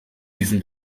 diesen